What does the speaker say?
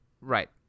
Right